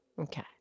Okay